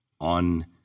on